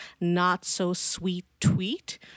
Not-So-Sweet-Tweet